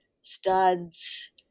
studs